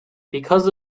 because